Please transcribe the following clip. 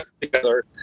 together